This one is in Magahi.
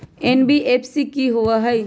एन.बी.एफ.सी कि होअ हई?